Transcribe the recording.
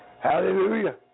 Hallelujah